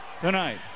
Tonight